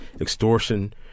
extortion